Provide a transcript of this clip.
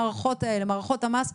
שמערכות התשלום והפיצוי השונות יודעות